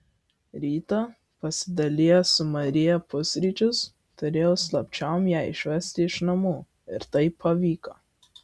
rytą pasidalijęs su marija pusryčius turėjau slapčiom ją išvesti iš namų ir tai pavyko